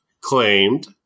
claimed